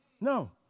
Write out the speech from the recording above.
No